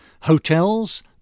Hotels